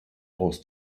aus